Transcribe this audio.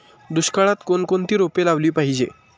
दुष्काळात कोणकोणती रोपे लावली पाहिजे?